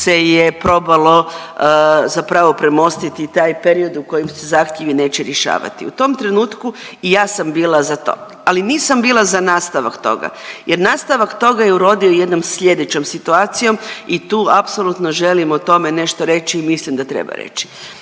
se je probalo zapravo premostiti taj period u kojem se zahtjevi neće rješavati. U tom trenutku i ja sam bila za to, ali nisam bila za nastavak toga jer nastavak toga je urodio jednom sljedećom situacijom i tu apsolutno želim o tome nešto reći i mislim da treba reći.